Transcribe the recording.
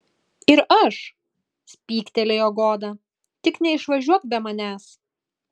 ir aš spygtelėjo goda tik neišvažiuok be manęs